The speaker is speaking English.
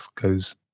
goes